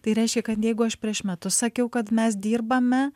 tai reiškia kad jeigu aš prieš metus sakiau kad mes dirbame